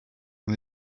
and